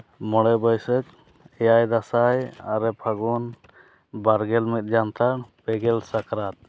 ᱢᱚᱬᱮ ᱵᱟᱹᱭᱥᱟᱹᱠᱷ ᱮᱭᱟᱭ ᱫᱟᱸᱥᱟᱭ ᱟᱨᱮ ᱯᱷᱟᱹᱜᱩᱱ ᱵᱟᱨ ᱜᱮᱞ ᱢᱤᱫ ᱡᱟᱱᱛᱷᱟᱲ ᱯᱮᱜᱮᱞ ᱥᱟᱠᱨᱟᱛ